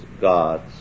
God's